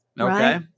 Okay